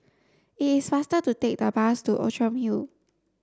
it is faster to take the bus to Outram Hill